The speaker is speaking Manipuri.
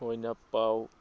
ꯑꯣꯏꯅ ꯄꯥꯎ